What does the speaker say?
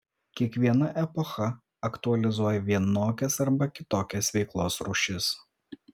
kiekviena epocha aktualizuoja vienokias arba kitokias veiklos rūšis